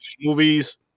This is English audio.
Movies